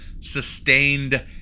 sustained